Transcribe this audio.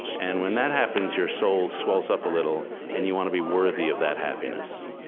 and when that happens, your soul swells up a little, and you want to be worthy of that happiness.